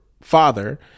father